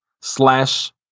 slash